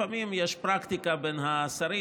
לפעמים יש פרקטיקה בין השרים,